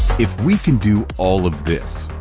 if we can do all of this,